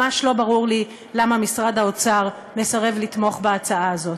ממש לא ברור לי למה משרד האוצר מסרב לתמוך בהצעה הזאת.